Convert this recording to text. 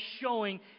showing